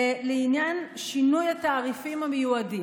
לעניין שינוי התעריפים המיועדים,